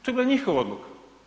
To je bila njihova odluka.